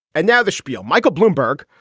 and now the shpiel michael bloomberg,